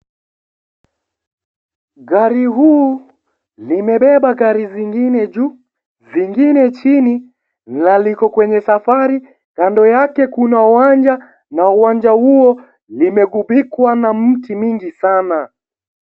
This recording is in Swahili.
Gari huu, limebeba gari zingine juu, zingine chini na liko kwenye safari. Kando yake kuna uwanja, na uwanja huo, limegubikwa na miti mingi sana.